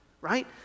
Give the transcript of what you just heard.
right